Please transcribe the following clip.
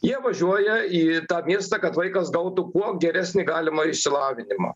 jie važiuoja į tą miestą kad vaikas gautų kuo geresnį galimą išsilavinimą